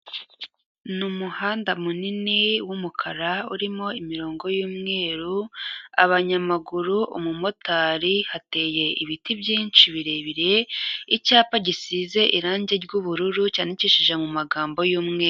Ni umuhanda munini w'umukara urimo imirongo y'umweru, abanyamaguru, umumotari, hateye ibiti byinshi birebire, icyapa gisize irangi ry'ubururu, cyandikishije mu magambo y'umweru.